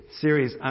series